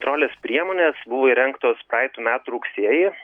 trolės priemonės buvo įrengtos praeitų metų rugsėjį